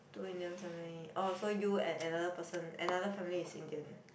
two Indian family oh so you and another person another family is Indian